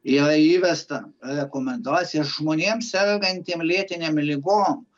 yra įvesta rekomendacija žmonėm sergantiem lėtinėm ligom